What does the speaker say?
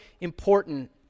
important